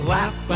Laugh